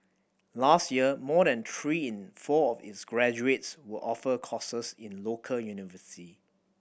last year more than three in four graduates were offered courses in local university